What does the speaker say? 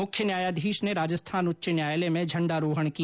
मुख्य न्यायाधीश ने राजस्थान उच्च न्यायालय में झंडारोहण किया